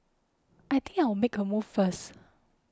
I think I'll make a move first